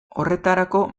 horretarako